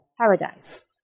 paradise